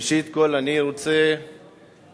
ראשית כול, אני רוצה להשתתף